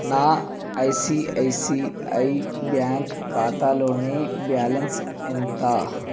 నా ICICI bank ఖాతాలోని balance ఎంత